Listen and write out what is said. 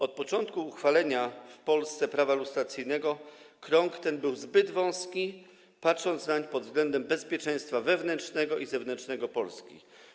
Od początku uchwalenia w Polsce prawa lustracyjnego krąg ten był zbyt wąski, patrząc nań pod względem bezpieczeństwa wewnętrznego i zewnętrznego Polski.